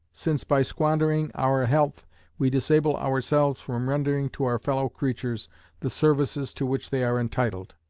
since by squandering our health we disable ourselves from rendering to our fellow-creatures the services to which they are entitled.